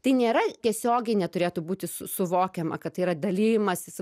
tai nėra tiesiogiai neturėtų būti suvokiama kad tai yra dalijimasis